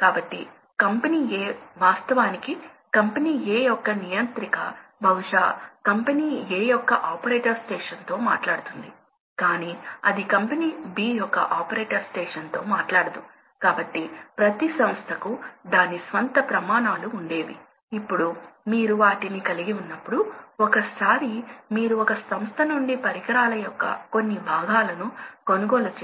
కాబట్టి ప్రాథమికంగా ఈ కర్వ్ ఫ్యాన్ ని వివిధ వేగంతో ఆపరేట్ చేస్తే ఏమి జరుగుతుందో చూపిస్తుంది కాబట్టి ప్రాథమికంగా ఏదో స్థిరంగా ఉన్న ప్రెషర్ ప్రవాహ లక్షణాలు వేగం స్థిరంగా ఉంటుంది లేదా